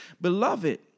beloved